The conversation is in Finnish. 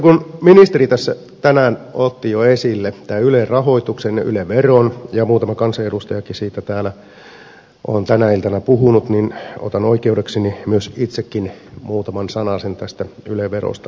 kun ministeri tässä tänään otti jo esille tämän ylen rahoituksen ja yle veron ja muutama kansanedustajakin siitä täällä on tänä iltana puhunut niin otan oikeudekseni myös itsekin muutaman sanasen tästä yle verosta sanoa